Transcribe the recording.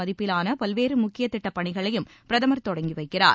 மதிப்பிலான பல்வேறு முக்கிய திட்டப் பணிகளையும் பிரதமர் தொடங்கி வைக்கிறார்